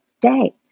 day